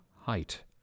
height